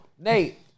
Nate